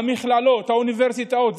המכללות, האוניברסיטאות.